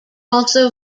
also